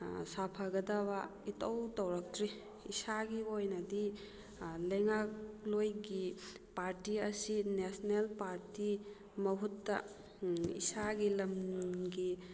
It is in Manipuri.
ꯁꯥꯐꯒꯗꯕ ꯏꯇꯧ ꯇꯧꯔꯛꯇ꯭ꯔꯤ ꯏꯁꯥꯒꯤ ꯑꯣꯏꯅꯗꯤ ꯂꯩꯉꯥꯛꯂꯣꯏꯒꯤ ꯄꯥꯔꯇꯤ ꯑꯁꯤ ꯅꯦꯁꯅꯦꯜ ꯄꯥꯔꯇꯤ ꯃꯍꯨꯠꯇ ꯏꯁꯥꯒꯤ ꯂꯝꯒꯤ